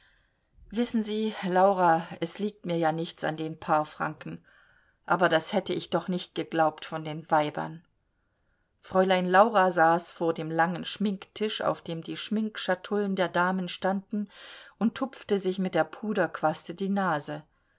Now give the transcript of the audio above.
wissen sie laura es liegt mir ja nichts an den paar franken aber das hätte ich doch nicht geglaubt von den weibern fräulein laura saß vor dem langen schminktisch auf dem die schminkschatullen der damen standen und tupfte sich mit der puderquaste die nase